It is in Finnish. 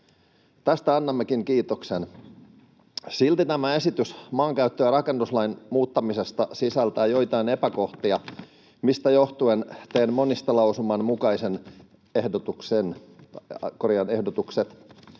Tästä annammekin kiitoksen. Silti tämä esitys maankäyttö‑ ja rakennuslain muuttamisesta sisältää joitain epäkohtia, mistä johtuen teen monistelausuman mukaiset ehdotukset: